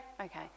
Okay